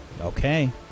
Okay